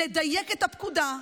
לדייק את הפקודה,